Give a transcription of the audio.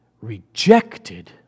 rejected